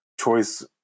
choice